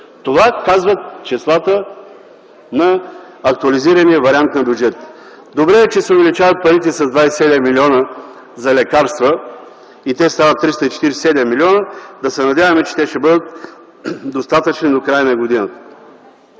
Това казват числата на актуализирания вариант на бюджета. Добре е, че се увеличават парите с 27 млн. лв. за лекарства и стават 347 млн. лв. Да се надяваме, че ще бъдат достатъчни до края на годината.